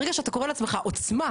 ברגע שאתה קורא לעצמך עוצמה,